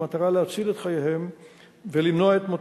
במטרה להציל את חייהם ולמנוע את מותם.